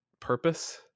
purpose